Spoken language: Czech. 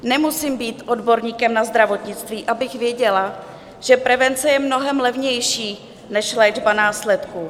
Nemusím být odborníkem na zdravotnictví, abych věděla, že prevence je mnohem levnější než léčba následků.